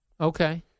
Okay